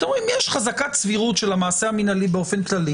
אתם אומרים יש חזקת סבירות של המעשה המינהלי באופן כללי,